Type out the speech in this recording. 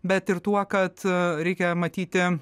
bet ir tuo kad reikia matyti